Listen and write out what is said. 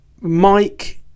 Mike